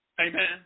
Amen